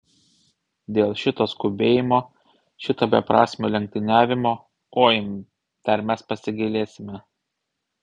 dėl šito skubėjimo šito beprasmio lenktyniavimo oi dar mes pasigailėsime